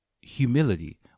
humility